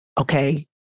okay